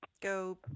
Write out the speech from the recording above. go